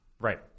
Right